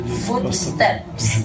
footsteps